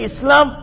Islam